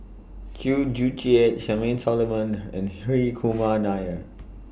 Chew Joo Chiat Charmaine Solomon and Hri Kumar Nair